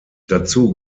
dazu